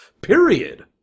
Period